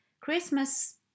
Christmas